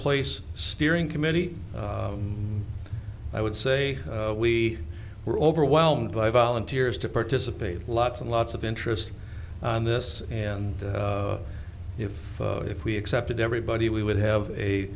place steering committee i would say we were overwhelmed by volunteers to participate lots and lots of interest in this and if if we accepted everybody we would have a